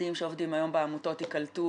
עובדים שעובדים היום בעמותות יקלטו